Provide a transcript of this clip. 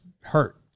hurt